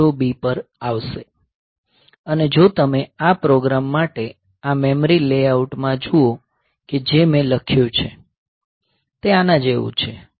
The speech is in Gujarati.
અને જો તમે આ પ્રોગ્રામ માટે આ મેમરી લેઆઉટ માં જુઓ કે જે મેં લખ્યું છે તે આના જેવું છે